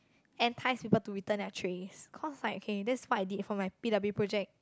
entice people to return their trays cause like K that's what I did for my P_W project